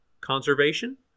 conservation